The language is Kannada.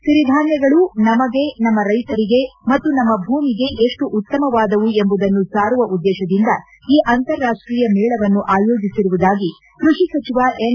ಸಿರಿಧಾನ್ಯಗಳು ನಮಗೆ ನಮ್ಮ ರೈತರಿಗೆ ಮತ್ತು ನಮ್ಮ ಭೂಮಿಗೆ ಎಷ್ಟು ಉತ್ತಮವಾದವು ಎಂಬುದನ್ನು ಸಾರುವ ಉದ್ದೇಶದಿಂದ ಈ ಅಂತಾರಾಷ್ಟೀಯ ಮೇಳವನ್ನು ಆಯೋಜಿಸಿರುವುದಾಗಿ ಕೃಷಿ ಸಚಿವ ಎನ್